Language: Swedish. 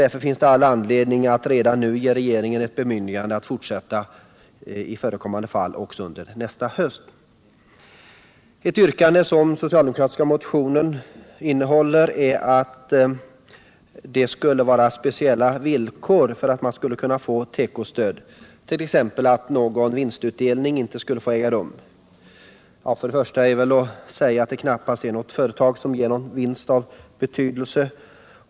Därför finns det all anledning att redan nu ge regeringen ett bemyndigande att fortsätta i förekommande fall också under nästa höst. Den socialdemokratiska motionen innehåller ett yrkande om att det skulle vara speciella villkor för att kunna få tekostöd, t.ex. att någon vinstutdelning inte skulle få äga rum. Först och främst kan man väl säga att det knappast är något företag som gör en vinst av betydelse.